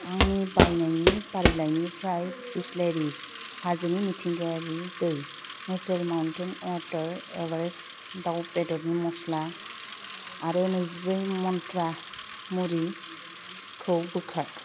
आंनि बायनायनि फारिलाइनिफ्राय बिसलेरि हाजोनि मिथिंगायारि दै नेचेरेल माउन्टेन वाटार एवारेस्ट दाउ बेदरनि मस्ला आरो नैजिब्रै मन्त्रा मुरिखौ बोखार